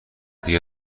دیگر